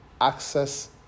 access